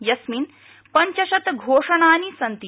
यस्मिन् पंचशतघोषणानि सन्ति